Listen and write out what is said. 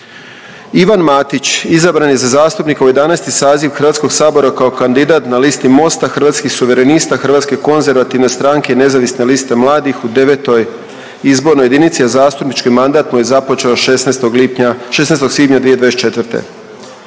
Ivan Matić izabran je za zastupnika u 11. saziv HS kao kandidat na listi Mosta, Hrvatskih suverenista, Hrvatske konzervativne stranke i nezavisne liste mladih u IX. izbornoj jedinici, a zastupnički mandat mu je započeo 16. lipnja, 16.